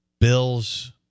Bills